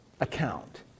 account